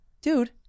dude